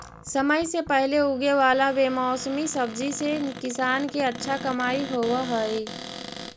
समय से पहले उगे वाला बेमौसमी सब्जि से किसान के अच्छा कमाई होवऽ हइ